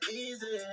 easy